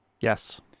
yes